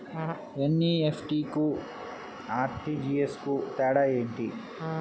NEFT, RTGS కు తేడా ఏంటి?